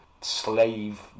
slave